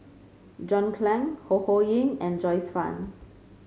John Clang Ho Ho Ying and Joyce Fan